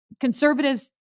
conservatives